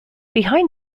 behind